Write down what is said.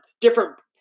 different